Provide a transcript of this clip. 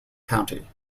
county